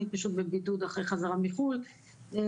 אני פשוט בבידוד אחרי חזרה מחוץ לארץ.